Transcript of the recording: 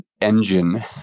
engine